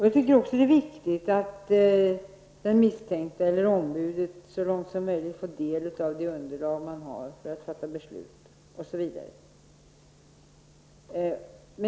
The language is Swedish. Jag tycker också att det är viktigt att den misstänkte eller ombudet så långt som möjligt får del av underlaget för beslutet.